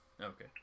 Okay